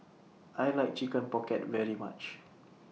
I like Chicken Pocket very much